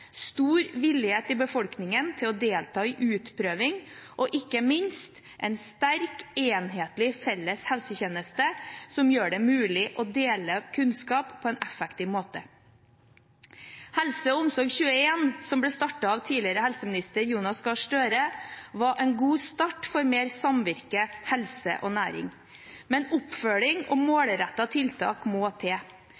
stor villighet i befolkningen til å delta i utprøving og, ikke minst, en sterk, enhetlig og felles helsetjeneste som gjør det mulig å dele kunnskap på en effektiv måte. HelseOmsorg21, som ble startet av tidligere helseminister Jonas Gahr Støre, var en god start for mer samvirke mellom helse og næring. Men oppfølging og målrettede tiltak må